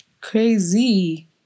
Crazy